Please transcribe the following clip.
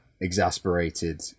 exasperated